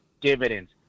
dividends